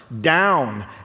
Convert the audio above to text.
down